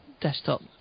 desktop